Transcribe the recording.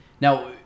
now